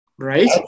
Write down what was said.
Right